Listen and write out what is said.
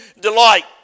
delight